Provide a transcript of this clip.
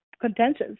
contentious